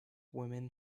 women